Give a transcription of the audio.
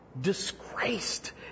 disgraced